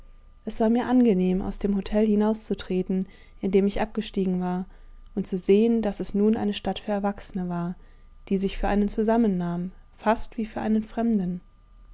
es war mir angenehm aus dem hotel hinauszutreten in dem ich abgestiegen war und zu sehen daß es nun eine stadt für erwachsene war die sich für einen zusammennahm fast wie für einen fremden